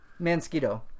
Mansquito